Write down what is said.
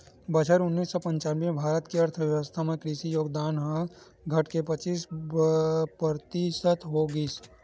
बछर उन्नीस सौ पंचानबे म भारत के अर्थबेवस्था म कृषि के योगदान ह घटके पचीस परतिसत हो गिस